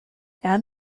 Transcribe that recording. add